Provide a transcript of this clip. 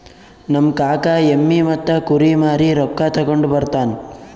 ನಮ್ ಕಾಕಾ ಎಮ್ಮಿ ಮತ್ತ ಕುರಿ ಮಾರಿ ರೊಕ್ಕಾ ತಗೊಂಡ್ ಬರ್ತಾನ್